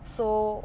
so